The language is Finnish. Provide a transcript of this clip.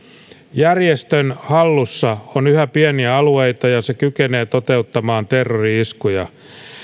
järjestön hallussa on yhä pieniä alueita ja se kykenee toteuttamaan terrori iskuja